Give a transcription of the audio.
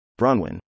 Bronwyn